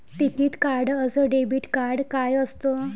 टिकीत कार्ड अस debit card काय असत?